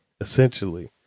essentially